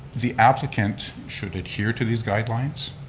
the applicant should adhere to these guidelines,